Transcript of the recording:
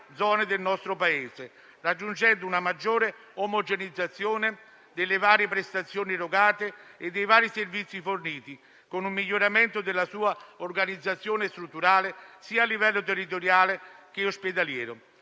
del nostro Paese, raggiungendo una maggiore omogeneizzazione delle varie prestazioni erogate e dei servizi forniti, con un miglioramento della sua organizzazione strutturale, sia a livello territoriale che ospedaliero.